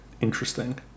interesting